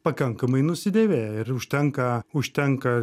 pakankamai nusidėvėję ir užtenka užtenka